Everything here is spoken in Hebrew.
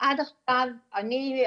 עד עכשיו אני,